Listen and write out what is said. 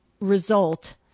result